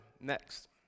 Next